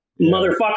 motherfucker